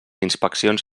inspeccions